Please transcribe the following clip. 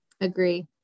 agree